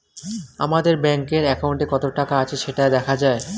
আমাদের ব্যাঙ্কের অ্যাকাউন্টে কত টাকা আছে সেটা দেখা যায়